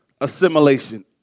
assimilation